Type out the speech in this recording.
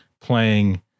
playing